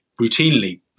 routinely